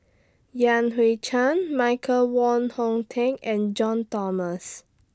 Yan Hui Chang Michael Wong Hong Teng and John Thomas